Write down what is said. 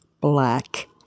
black